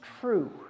true